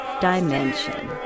dimension